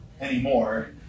anymore